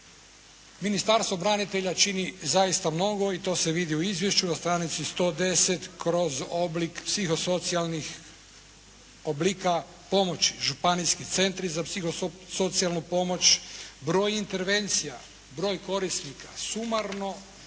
Ministarstvo branitelja čini zaista mnogo i to se vidi u izvješću na stranici 110 kroz oblik psihosocijalnih oblika pomoći, županijski centri za psihosocijalnu pomoć, broj intervencija, broj korisnika. Sumarno